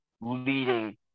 leading